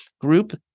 group